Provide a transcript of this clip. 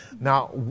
now